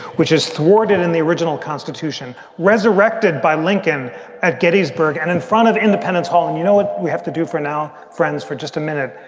which is thwarted in the original constitution resurrected by lincoln at gettysburg and in front of independence hall. and, you know, we have to do for now, friends, for just a minute.